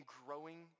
growing